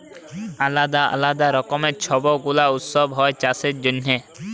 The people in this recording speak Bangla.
আলদা আলদা রকমের ছব গুলা উৎসব হ্যয় চাষের জনহে